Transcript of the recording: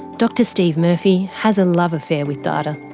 dr steve murphy has a love affair with data.